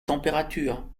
température